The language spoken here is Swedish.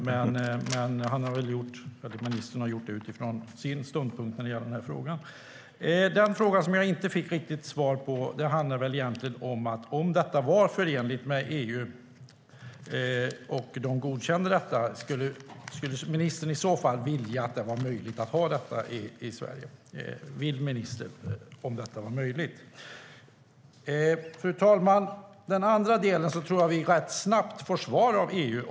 Men ministern har väl gjort det utifrån sin ståndpunkt. Fru talman! I den andra delen tror jag att vi rätt snabbt får svar av EU.